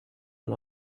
and